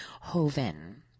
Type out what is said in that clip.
Hoven